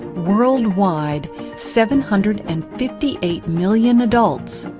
worldwide seven hundred and fifty eight million adults,